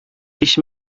ich